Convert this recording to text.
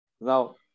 now